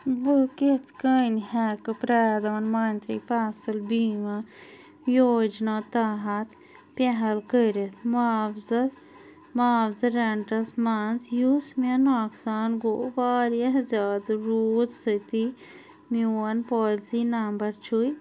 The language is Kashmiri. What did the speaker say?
بہٕ کِتھٕ کٔنۍ ہٮ۪کہٕ پرٛادھان منتری فصل بیٖما یوجنا تحت پہل کٔرِتھ معاوزس معازٕ رینٹس منٛز یُس مےٚ نۄقصان گوٚو وارِیاہ زیادٕ روٗد سۭتی میٛون پالیسی نمبر چھُے